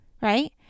Right